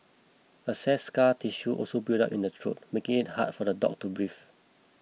excess scar tissue can also build up in the throat making it hard for the dog to breathe